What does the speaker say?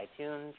iTunes